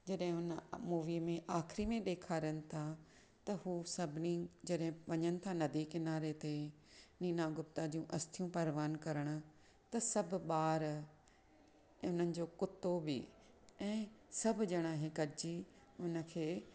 जॾहिं हुन मूवी में आख़िरी में ॾेखारनि था त उहे सभिनी जॾहिं वञनि था नदी किनारे ते नीना गुप्ता जूं अस्थीयु पर्वान करणु त सभु ॿार हिननि जो कुतो बि ऐं सभु जणा इहे गॾजी हुन खे